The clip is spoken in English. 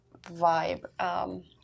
vibe